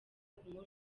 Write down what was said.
kunywa